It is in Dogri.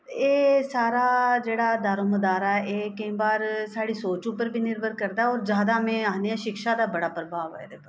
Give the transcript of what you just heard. एह् सारा जेह्ड़ा दारमोदारा एह् केईं बार साढ़ी सोच उप्पर बी निर्भर करदा होर जादा में आखनी आं शिक्षा दा बड़ा प्रभाव ऐ एह्दे पर